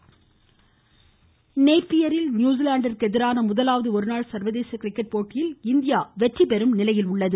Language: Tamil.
கிரிக்கெட் நேப்பியரில் நியூசிலாந்துக்கு எதிரான முதலாவது ஒருநாள் சர்வதேச கிரிக்கெட் போட்டியில் இந்தியா வெற்றி பெறும் நிலையில் உள்ளது